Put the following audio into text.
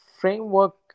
framework